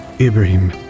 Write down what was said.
Ibrahim